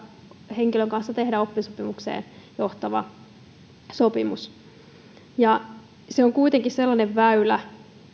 henkilön kanssa tehdä oppisopimukseen johtava sopimus se on kuitenkin sellainen väylä